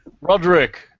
Roderick